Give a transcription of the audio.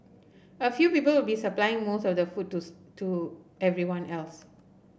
a few people will be supplying most of the food to to everyone else